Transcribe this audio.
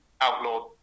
outlawed